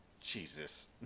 Jesus